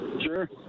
Sure